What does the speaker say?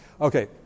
Okay